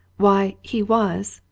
why, he was,